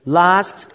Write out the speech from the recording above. last